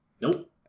Nope